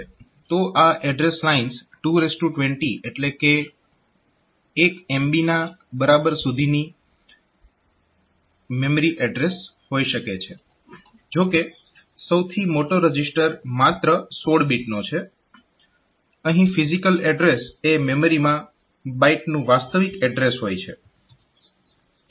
તો આ address lines 220 એટલે કે 1 MB ના બરાબર સુધીનું મેમરી એડ્રેસ કરી શકે છે જો કે સૌથી મોટો રજીસ્ટર માત્ર 16 બીટનો છે અહીં ફીઝીકલ એડ્રેસ એ મેમરીમાં બાઈટનું વાસ્તવિક એડ્રેસ હોય છે